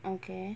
okay